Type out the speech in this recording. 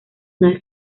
una